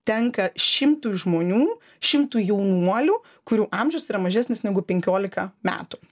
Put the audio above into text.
tenka šimtui žmonių šimtui jaunuolių kurių amžius yra mažesnis negu penkiolika metų